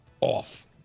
off